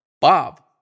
Bob